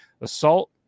assault